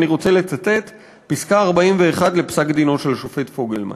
ואני רוצה לצטט מפסקה 41 בפסק-דינו של השופט פוגלמן,